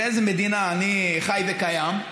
באיזו מדינה אני חי וקיים,